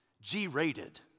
G-rated